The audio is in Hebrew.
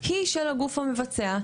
היא של הגוך המבצע.